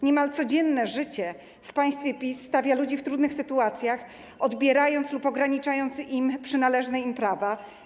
Niemal codziennie życie w państwie PiS stawia ludzi w trudnych sytuacjach, odbierając lub ograniczając przynależne im prawa.